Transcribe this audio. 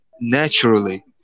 Naturally